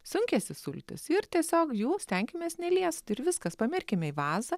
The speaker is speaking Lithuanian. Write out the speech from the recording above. sunkiasi sultys ir tiesiog jų stenkimės neliest ir viskas pamerkime į vazą